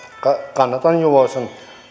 kannatan juvosen